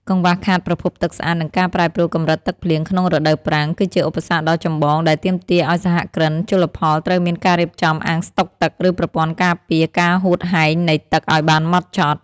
កង្វះខាតប្រភពទឹកស្អាត និងការប្រែប្រួលកម្រិតទឹកភ្លៀងក្នុងរដូវប្រាំង គឺជាឧបសគ្គដ៏ចម្បងដែលទាមទារឱ្យសហគ្រិនជលផលត្រូវមានការរៀបចំអាងស្ដុកទឹក ឬប្រព័ន្ធការពារការហួតហែងនៃទឹកឱ្យបានហ្មត់ចត់។